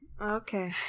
okay